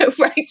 Right